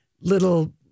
little